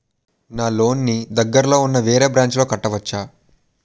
నా లోన్ నీ దగ్గర్లోని ఉన్న వేరే బ్రాంచ్ లో కట్టవచా?